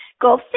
go